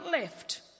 left